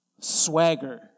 swagger